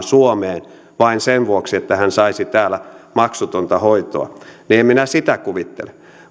suomeen vain sen vuoksi että hän saisi täällä maksutonta hoitoa niin en minä sitä kuvittele